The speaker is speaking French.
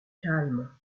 calme